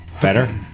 Better